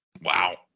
Wow